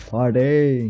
Party